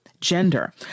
gender